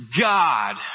God